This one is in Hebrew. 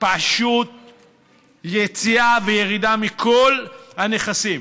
פשוט יציאה וירידה מכל הנכסים.